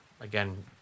again